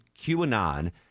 QAnon